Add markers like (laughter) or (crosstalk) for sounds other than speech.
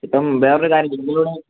ഇപ്പം വേറെ ഒരു കാര്യം (unintelligible)